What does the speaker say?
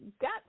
got